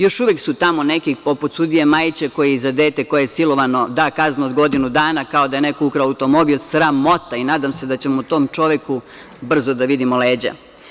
Još uvek su tamo neki poput sudija Majića koji je za dete koje je silovano da kaznu od godinu dana, kao da je neko ukrao automobil, sramota i nadam se da ćemo tom čoveku brzo da vidimo leđa.